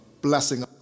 blessing